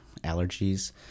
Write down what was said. allergies